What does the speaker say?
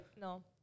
No